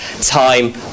time